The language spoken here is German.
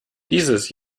dieses